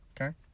okay